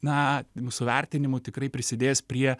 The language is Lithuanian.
na mūsų vertinimu tikrai prisidės prie